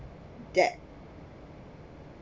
that